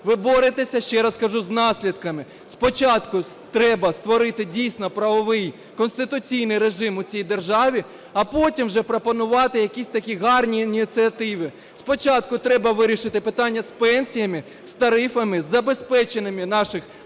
Ви боретеся, ще раз кажу, з наслідками. Спочатку треба створити дійсно правовий, конституційний режим у цій державі, а потім вже пропонувати якісь такі гарні ініціативи. Спочатку треба вирішити питання з пенсіями, з тарифами, з забезпеченням наших людей,